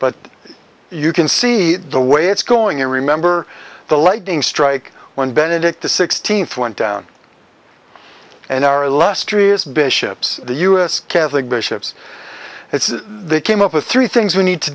but you can see the way it's going i remember the lightning strike when benedict the sixteenth went down and our illustrious bishops the u s catholic bishops as they came up with three things we need to